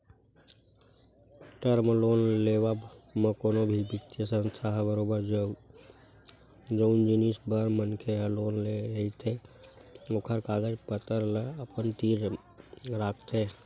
term loan लेवब म कोनो भी बित्तीय संस्था ह बरोबर जउन जिनिस बर मनखे ह लोन ले रहिथे ओखर कागज पतर ल अपन तीर राखथे